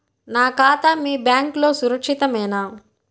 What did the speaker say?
నా ఖాతా మీ బ్యాంక్లో సురక్షితమేనా?